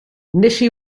nishi